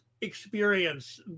experience